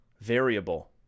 variable